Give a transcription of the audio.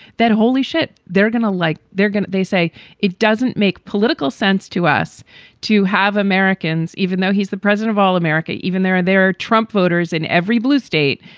that holy shit they're going to like they're going they say it doesn't make political sense to us to have americans, even though he's the president of all america. even there there are trump voters in every blue state.